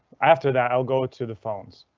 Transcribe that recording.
after that, i'll go to the phones.